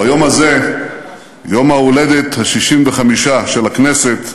ביום הזה, יום-ההולדת ה-65 של הכנסת,